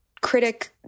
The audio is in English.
critic